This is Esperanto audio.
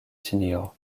ĉinio